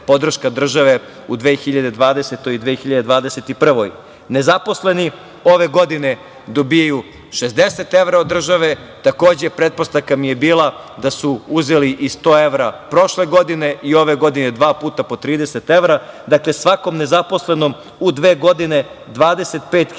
podrška države u 2020. i 2021. godini. Nezaposleni ove godine dobijaju 60 evra od države, takođe pretpostavka mi je bila da su uzeli i 100 evra prošle godine i ove godine dva puta po 30 evra, dakle, svakom nezaposlenom u dve godine 25.960